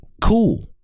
Cool